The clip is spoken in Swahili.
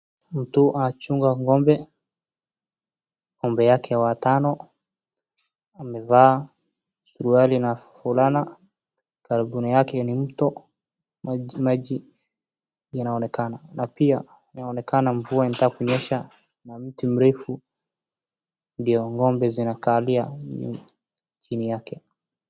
Mtu anachunga ngombe. Ngombe yake watano. Amevaa suruali na fulana. Karibu na yake ni mto, maji inaonekana na pia inaonekana mvua inataka kunyesha ma mti mrefu ndio ngombe zinakalia chini yake.